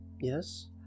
Yes